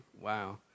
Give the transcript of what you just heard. Wow